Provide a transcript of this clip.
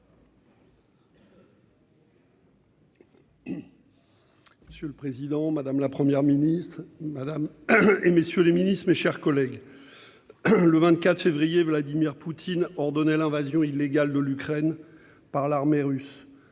Monsieur le président, madame la Première ministre, mesdames, messieurs les ministres, mes chers collègues, le 24 février, Vladimir Poutine ordonnait l'invasion illégale de l'Ukraine par l'armée russe.